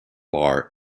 bar